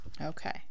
Okay